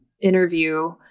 interview